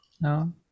No